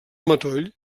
matoll